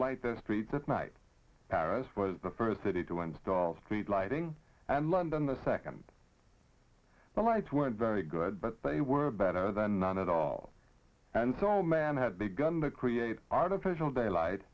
light the streets at night paris was the first city to install street lighting and london the second the lights weren't very good but they were better than none at all and so man had begun to create artificial daylight